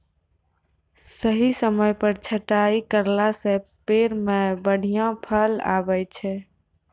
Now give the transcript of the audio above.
सही समय पर छंटाई करला सॅ पेड़ मॅ बढ़िया फल आबै छै